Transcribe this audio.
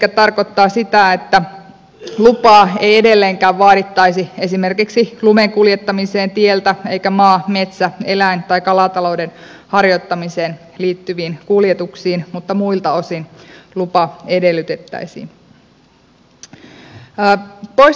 se tarkoittaa sitä että lupaa ei edelleenkään vaadittaisi esimerkiksi lumen kuljettamiseen tieltä eikä maa metsä eläin tai kalatalouden harjoittamiseen liittyviin kuljetuksiin mutta muilta osin lupa edellytettäisiin